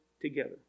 together